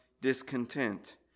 discontent